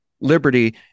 liberty